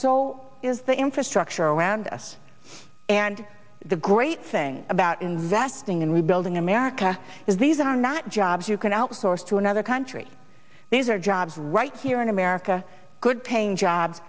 so is the infrastructure around us and the great thing about investing and rebuilding america is these are not jobs you can outsource to another country these are jobs right here in america good paying jobs